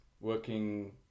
working